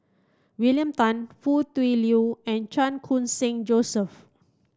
William Tan Foo Tui Liew and Chan Khun Sing Joseph